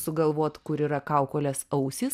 sugalvot kur yra kaukolės ausys